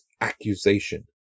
accusation